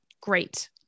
great